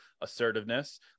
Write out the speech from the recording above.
assertiveness